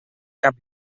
cap